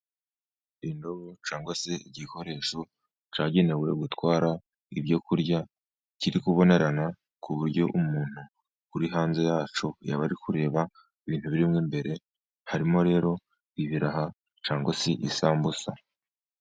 indobo cyangwa se igikoresho cyagenewe gutwara ibyokurya kiri kubonerana ku buryo umuntu uri hanze yacyo yaba ari kureba ibintu birimo imbere. Harimo rero ibi biraraha cyangwa se isambusa.